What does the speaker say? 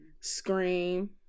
Scream